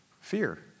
Fear